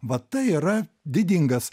va tai yra didingas